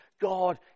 God